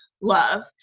love